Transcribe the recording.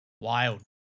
Wild